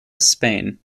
spain